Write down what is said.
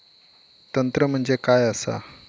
तंत्र म्हणजे काय असा?